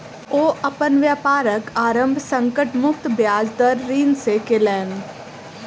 ओ अपन व्यापारक आरम्भ संकट मुक्त ब्याज दर ऋण सॅ केलैन